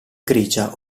grigia